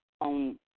on